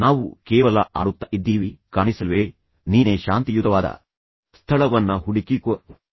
ನಾವು ಕೇವಲ ಆಡುತ್ತ ಇದ್ದೀವಿ ಕಾಣಿಸಲ್ವೇ ನಿನಗೆ ನೀನೆ ಶಾಂತಿಯುತವಾದ ಸ್ಥಳವನ್ನ ಹುಡಿಕೊಳ್ಳಬಾರದ